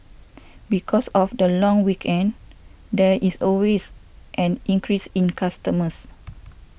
because of the long weekend there is always an increase in customers